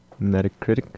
Metacritic